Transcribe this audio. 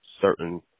certain